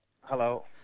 Hello